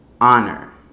Honor